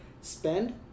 spend